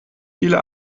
viele